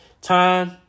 time